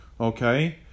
Okay